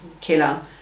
killer